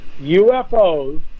UFOs